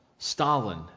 stalin